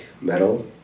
metal